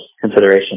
consideration